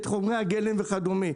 את חומרי הגלם וכדומה.